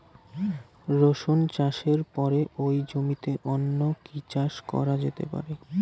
রসুন চাষের পরে ওই জমিতে অন্য কি চাষ করা যেতে পারে?